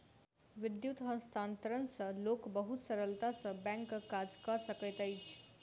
विद्युत हस्तांतरण सॅ लोक बहुत सरलता सॅ बैंकक काज कय सकैत अछि